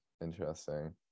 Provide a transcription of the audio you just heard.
interesting